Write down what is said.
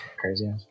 Crazy